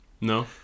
No